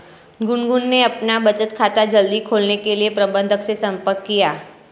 गुनगुन ने अपना बचत खाता जल्दी खोलने के लिए प्रबंधक से संपर्क किया